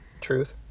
Truth